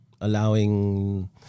allowing –